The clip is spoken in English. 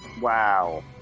wow